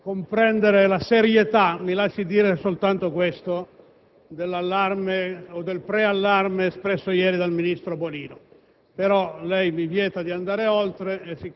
Non vado oltre, signor Presidente, per rispetto alle sue direttive. Se fossi indisciplinato cadrei nella tentazione